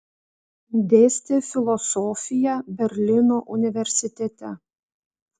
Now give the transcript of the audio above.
dėstė filosofiją berlyno universitete